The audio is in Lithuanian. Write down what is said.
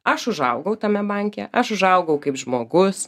aš užaugau tame banke aš užaugau kaip žmogus